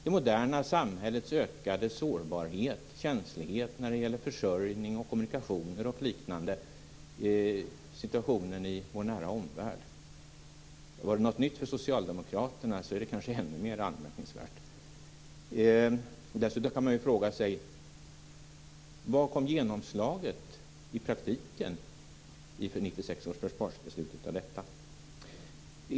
Det moderna samhällets ökade sårbarhet och känslighet när det gäller försörjning och kommunikationer och liknande, situationen i vår nära omvärld - om det var något nytt för Socialdemokraterna är det kanske ännu mera anmärkningsvärt. Dessutom kan man fråga sig: Var kom genomslaget i praktiken inför 1996 års försvarsbeslut?